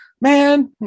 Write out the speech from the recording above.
man